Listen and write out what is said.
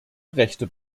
rechte